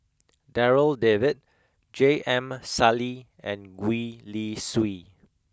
Darryl David J M Sali and Gwee Li Sui